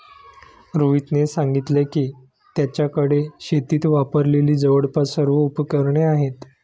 रोहितने सांगितले की, त्याच्याकडे शेतीत वापरलेली जवळपास सर्व उपकरणे आहेत